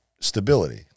stability